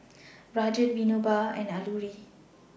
Rajat Vinoba and Alluri